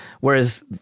whereas